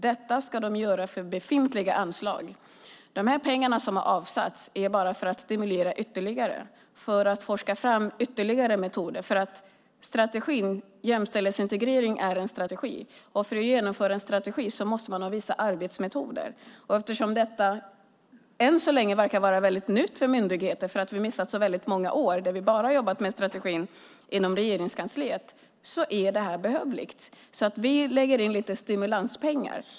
Det ska de göra för befintliga anslag. De pengar som avsatts är bara för att stimulera att forska fram ytterligare metoder. Strategin jämställdhetsintegrering är en strategi. För att genomföra en strategi måste man ha vissa arbetsmetoder. Detta verkar än så länge vara väldigt nytt för myndigheter. Vi har missat många år där vi bara jobbat med strategin inom Regeringskansliet. Därför är detta behövligt. Vi lägger in lite stimulanspengar.